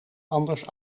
anders